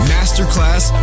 Masterclass